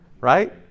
right